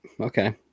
okay